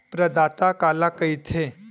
प्रदाता काला कइथे?